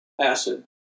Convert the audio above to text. acid